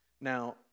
Now